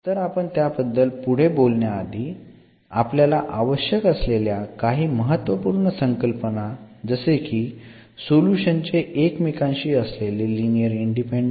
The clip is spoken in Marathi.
तर आपण त्याबद्दल पुढे बोलण्याआधी आपल्याला आवश्यक असलेल्या काही महत्वपूर्ण संकल्पना जसे की सोल्युशन चे एकमेकांशी असलेले लिनिअर इंडिपेन्डेन्स